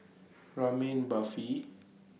Ramen Barfi